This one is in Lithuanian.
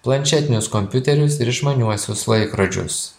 planšetinius kompiuterius ir išmaniuosius laikrodžius